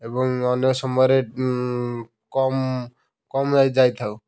ଏବଂ ଅନ୍ୟ ସମୟରେ କମ୍ କମ୍ ଯାଇଥାଉ